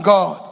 God